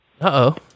Uh-oh